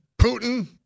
Putin